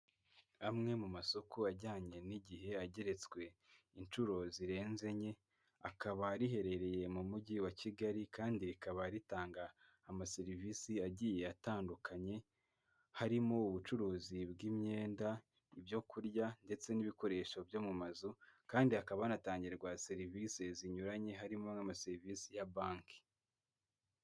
Amwe mu masoko ajyanye n'igihe ageretswe inshuro zirenze enye, akaba riherereye mu mujyi wa Kigali kandi rikaba ritanga amaserivisi agiye atandukanye, harimo ubucuruzi bw'imyenda, ibyo kurya ndetse n'ibikoresho byo mu mazu kandi hakaba hanatangirwa serivisi zinyuranye harimo n'amaserivisi ya banki.